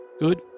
Good